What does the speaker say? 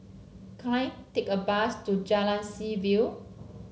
can I take a bus to Jalan Seaview